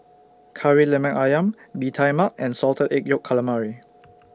Kari Lemak Ayam Bee Tai Mak and Salted Egg Yolk Calamari